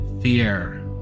fear